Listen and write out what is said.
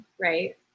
Right